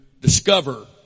discover